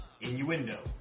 Innuendo